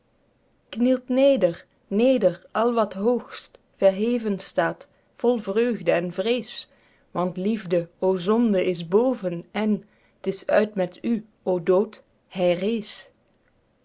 knielt neder neder al wat hoogst verheven staet vol vreugde en vrees want liefde o zonde is boven en t is uit met u o dood